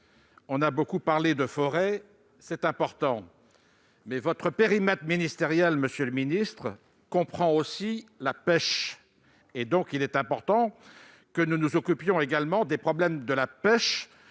; beaucoup parlé de forêts, et c'est important. Mais votre périmètre, monsieur le ministre, comprend aussi la pêche : il est donc important que nous nous occupions également des problèmes de la pêche,